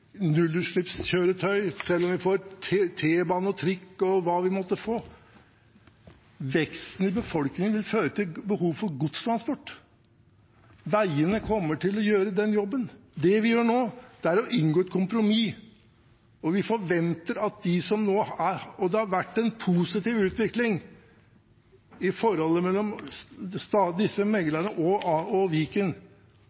veksten i befolkningen føre til behov for godstransport. Veiene kommer til å gjøre den jobben. Det vi gjør nå, er å inngå et kompromiss, og det har vært en positiv utvikling i forholdet mellom disse meklerne og Viken. Det som mangler nå, er at de som sitter i Viken, sier: Ja, vi kom så langt. Det